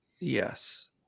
Yes